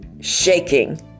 shaking